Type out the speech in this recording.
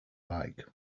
like